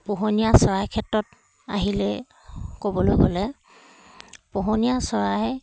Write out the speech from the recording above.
পোহনীয়া চৰাই ক্ষেত্ৰত আহিলে ক'বলৈ গ'লে পোহনীয়া চৰাই